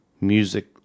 Music